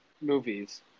movies